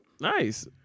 Nice